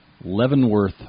Leavenworth